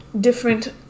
different